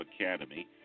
academy